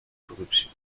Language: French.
corruption